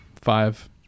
five